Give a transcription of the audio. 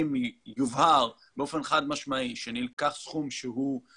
אם יובהר באופן חד משמעי ש ותתפלאו